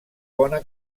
bona